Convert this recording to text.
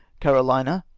carolina,